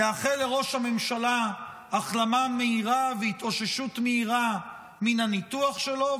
נאחל לראש הממשלה החלמה מהירה והתאוששות מהירה מן הניתוח שלו.